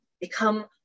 Become